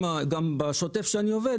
גם בשוטף שאני עובד,